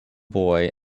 boy